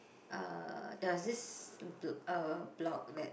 uh there was this bl~ uh block that